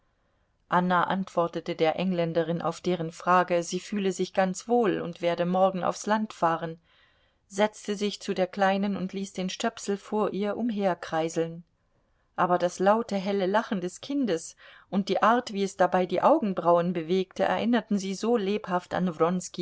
anna antwortete der engländerin auf deren frage sie fühle sich ganz wohl und werde morgen aufs land fahren setzte sich zu der kleinen und ließ den stöpsel vor ihr umherkreiseln aber das laute helle lachen des kindes und die art wie es dabei die augenbrauen bewegte erinnerten sie so lebhaft an